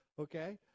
Okay